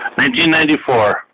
1994